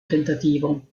tentativo